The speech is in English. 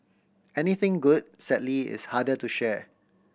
anything good sadly is harder to share